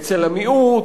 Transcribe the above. אצל המיעוט,